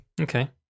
Okay